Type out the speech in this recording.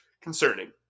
concerning